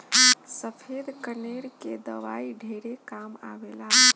सफ़ेद कनेर के दवाई ढेरे काम आवेल